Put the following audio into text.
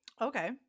Okay